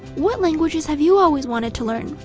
what languages have you always wanted to learn?